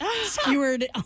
skewered